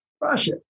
Russia